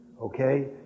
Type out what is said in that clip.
Okay